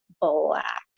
black